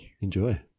Enjoy